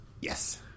Yes